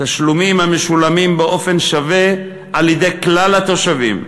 תשלומים המשולמים באופן שווה על-ידי כלל התושבים,